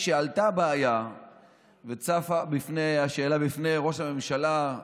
כשעלתה הבעיה וצפה השאלה בפני ראש הממשלה,